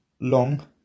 long